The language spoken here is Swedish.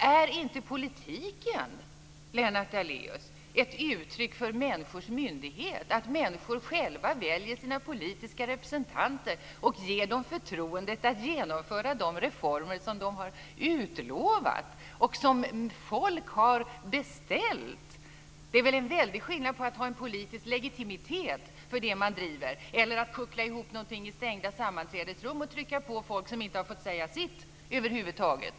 Är inte politiken, Lennart Daléus, ett uttryck för människors myndighet, att människor själva väljer sina politiska representanter och ger dem förtroendet att genomföra de reformer som de har utlovat och som folk har beställt? Det är väl en väldig skillnad på att ha en politisk legitimitet för det man driver och att kuckla ihop någonting i stängda sammanträdesrum och trycka på folk som inte har fått säga sitt över huvud taget.